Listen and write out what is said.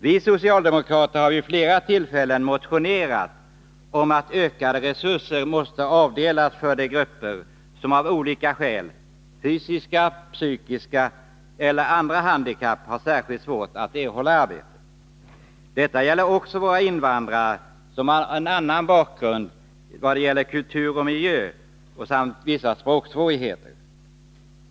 Vi socialdemokrater har vid flera tillfällen motionerat om att ökade resurser måste avdelas för de grupper som av olika skäl — fysiska, psykiska eller andra handikapp — har särskilt svårt att erhålla arbete. Detta gäller också våra invandrare, som har en annan bakgrund när det gäller kultur och miljö samt språksvårigheter.